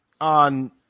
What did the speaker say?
on